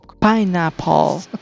Pineapple